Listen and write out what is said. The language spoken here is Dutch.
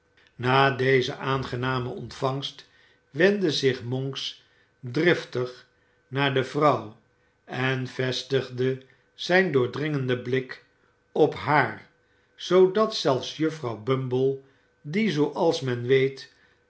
na deze aangename ontvangst wendde zich monks driftig naar de vrouw en vestigde zijn doordringenden blik op haar zoodat zelfs juffrouw bumble die zooa's men weet